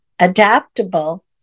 adaptable